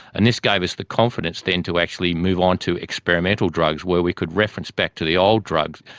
and this gave us the confidence than to actually move on to experimental drugs where we could reference back to the old drugs.